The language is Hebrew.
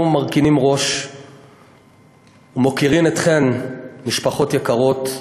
אנחנו מרכינים ראש ומוקירים אתכן, משפחות יקרות,